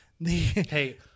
Hey